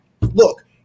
look